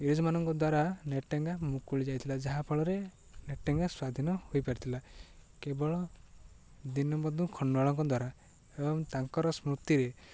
ଇଂରେଜମାନଙ୍କ ଦ୍ୱାରା ନେଟେଙ୍ଗା ମୁକୁଳି ଯାଇଥିଲା ଯାହାଫଳରେ ନେଟେଙ୍ଗା ସ୍ୱାଧୀନ ହୋଇପାରିଥିଲା କେବଳ ଦୀନବନ୍ଧୁ ଖଣ୍ଡୁଆଳଙ୍କ ଦ୍ୱାରା ଏବଂ ତାଙ୍କର ସ୍ମୃତିରେ